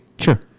Sure